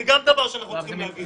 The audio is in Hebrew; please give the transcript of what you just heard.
זה גם דבר שאנחנו צריכים להגיד.